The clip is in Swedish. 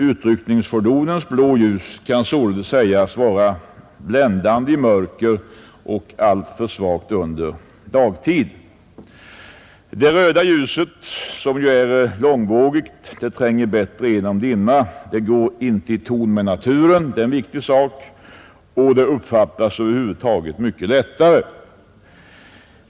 Utryckningsfordonens blå ljus kan således sägas vara bländande i mörker och alltför svagt under dagtid. Det röda ljuset, som är långvågigt, tränger bättre igenom dimma, det går inte i ton med naturen — det är en viktig sak — och det uppfattas över huvud taget mycket lättare.